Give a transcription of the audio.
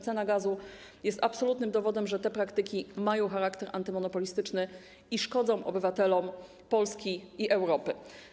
Cena gazu jest absolutnym dowodem na to, że te praktyki mają charakter monopolistyczny i szkodzą obywatelom Polski i Europy.